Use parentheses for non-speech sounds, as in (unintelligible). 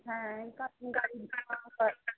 হ্যাঁ গা গাড়ি (unintelligible)